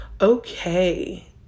Okay